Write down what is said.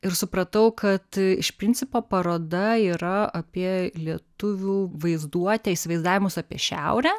ir supratau kad iš principo paroda yra apie lietuvių vaizduotę įsivaizdavimus apie šiaurę